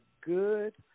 good